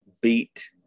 beat